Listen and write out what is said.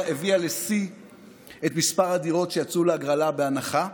הביאה לשיא את מספר הדירות שיצאו להגרלה בהנחה.